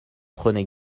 prenez